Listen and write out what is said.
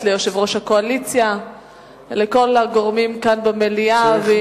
ליושב-ראש הקואליציה ולכל הגורמים כאן במליאה.